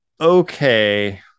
okay